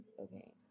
okay